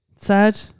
sad